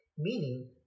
meaning